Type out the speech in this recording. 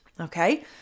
Okay